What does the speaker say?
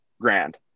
grand